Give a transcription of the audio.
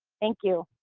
thank you.